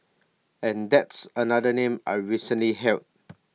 and that's another name I've recently held